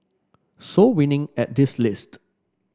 so winning at this list